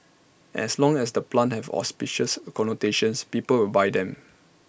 as long as the plants have auspicious connotations people will buy them